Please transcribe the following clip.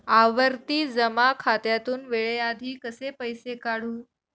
आवर्ती जमा खात्यातून वेळेआधी कसे पैसे काढू?